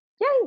Yay